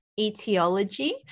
etiology